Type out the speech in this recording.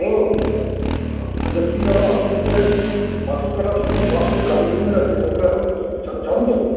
hello আচ্ছা কী দাদা আপনি যে পাথর কাটার সেতুর পাশে যে কালী মন্দির আছে ওখানে এখন যান তো